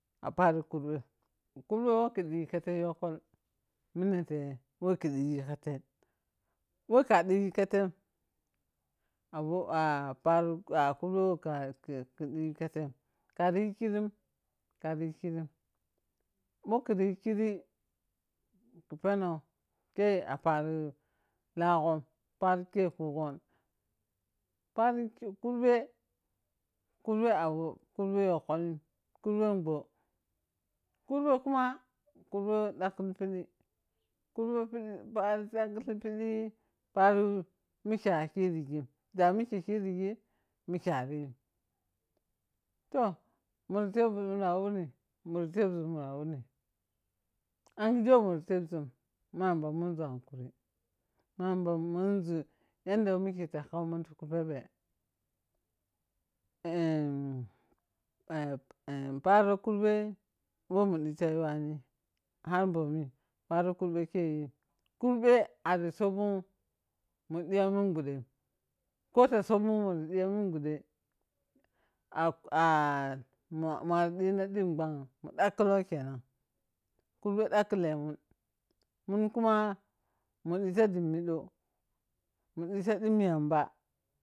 A pari kurbem, kurbe wo ka deka the yokkol munfe wo kheriyi ka ten wo ka de katen awo ahafa ro ah a kurba a wo ɗikaten kari yi khirim. Keriyi khirim bho khin yi khiiri khi penom khe a pari la ghom paro kha khughong pari kurbe, kurbo a wo a wo karben yokkolim karbe bhoo, kurber kama kurben dagkhilighi piɗi kurbe pari daskheleghipide panri woke a kirishi da mike ta kirighi mike aryi- toh mari teb muna wuni? Mura teb muna wuni? Angluje we wo muri teb zun. Ma yamba munzun yanda yand wo meke ta khau an ta ku pebbe. Paro karbe wo mu dita yuwani har bhar mi har kurbe ari sobun teya man ɓuɗem ko ta soban mun diya munbuɗe, ma mwa dina kenan den ɓhanyim mun lagkhulou ke nang mun kuma mu dita dimi ɗo mu dita dimi yamba.